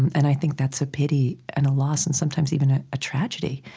and i think that's a pity and a loss, and sometimes, even ah a tragedy.